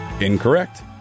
incorrect